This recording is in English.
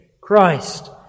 Christ